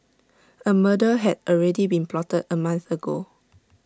A murder had already been plotted A month ago